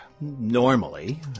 normally